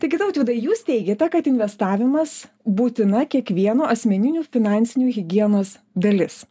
taigi tautvydai jūs teigiate kad investavimas būtina kiekvieno asmeninių finansinių higienos dalis